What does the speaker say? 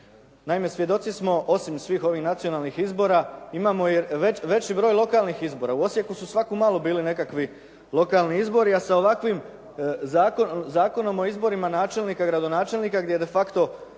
Naime svjedoci smo osim svih ovih nacionalnih izbora, imamo veći broj lokalnih izbora. U Osijeku su svako malo bili nekakvi lokalni izbori, a sa ovakvim Zakonom o izborima načelnika i gradonačelnika gdje de facto